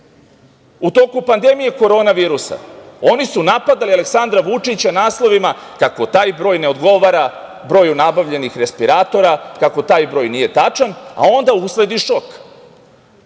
u toku pandemije korona virusa, oni su napadali Aleksandra Vučića naslovima kako taj broj ne odgovara broju nabavljenih respiratora, kako taj broj nije tačan, a onda usledi šok,